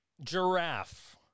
Giraffe